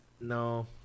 No